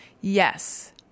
Yes